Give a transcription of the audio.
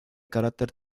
carácter